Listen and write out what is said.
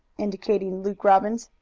indicating luke robbins.